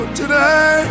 today